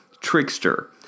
trickster